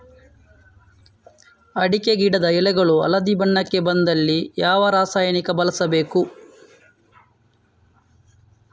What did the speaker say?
ಅಡಿಕೆ ಗಿಡದ ಎಳೆಗಳು ಹಳದಿ ಬಣ್ಣಕ್ಕೆ ಬಂದಲ್ಲಿ ಯಾವ ರಾಸಾಯನಿಕ ಬಳಸಬೇಕು?